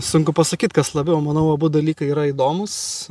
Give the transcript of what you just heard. sunku pasakyt kas labiau manau abu dalykai yra įdomūs